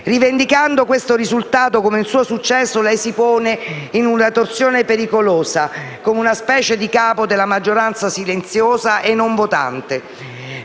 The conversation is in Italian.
Rivendicando quel risultato come un suo successo lei si pone, in una torsione pericolosa, come una specie di capo della maggioranza silenziosa e non votante.